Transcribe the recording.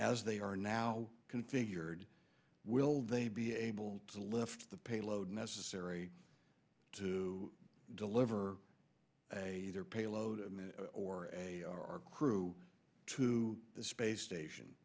as they are now configured will they be able to lift the payload necessary to deliver their payload or our crew to the space station